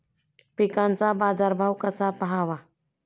पिकांचा बाजार भाव कसा पहावा?